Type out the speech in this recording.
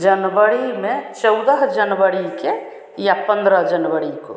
जनवरी में चौदह जनवरी को या पन्द्रह जनवरी को